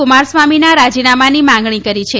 કુમારસ્વામીના રાજીનામાની માંગણી કરી છે